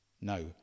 No